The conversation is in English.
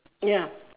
ya